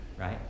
right